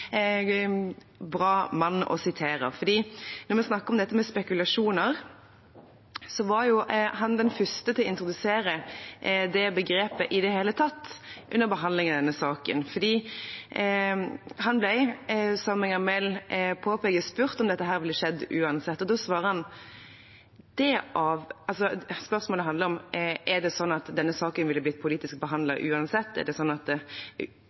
bra mann å referere til. Når vi snakker om dette med spekulasjoner, var han den første til å introdusere det begrepet i det hele tatt under behandlingen av denne saken. Han ble, som Enger Mehl påpekte, spurt om dette ville skjedd uansett. Spørsmålet handlet om: Er det sånn at denne saken ville blitt politisk behandlet uansett, er det sånn at